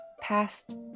past